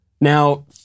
Now